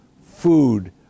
food